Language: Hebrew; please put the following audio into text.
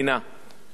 גברתי היושבת-ראש,